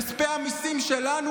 כספי המיסים שלנו,